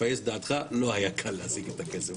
לפייס את דעתך לא היה קל להשיג את הכסף,